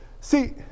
See